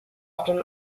often